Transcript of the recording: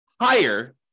higher